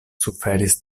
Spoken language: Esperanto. suferis